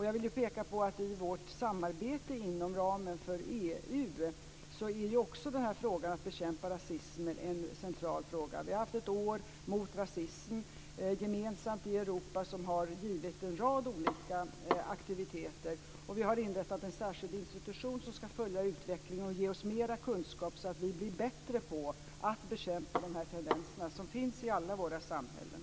Jag vill peka på att frågan om att bekämpa rasismen är en central fråga också i vårt samarbete inom ramen för EU. Vi har haft ett år mot rasism gemensamt i Europa, som har givit en rad olika aktiviteter. Vi har inrättat en särskild institution som skall följa utvecklingen och ge oss mera kunskap, så att vi blir bättre på att bekämpa dessa tendenser som finns i alla våra samhällen.